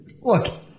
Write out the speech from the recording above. Look